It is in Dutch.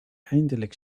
eindelijk